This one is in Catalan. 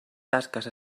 tasques